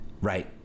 right